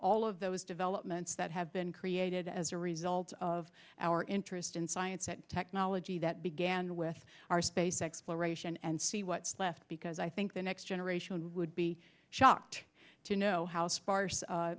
all of those developments that have been created as a result of our interest in science and technology that began with our space exploration and see what's left because i think the next generation would be shocked to know how sparse